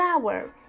flower